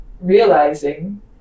realizing